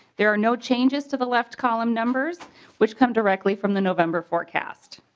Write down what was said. there are no changes to the left column members which come directly from the november forecast.